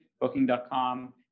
booking.com